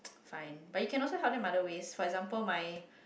fine but you can also help them other ways for example my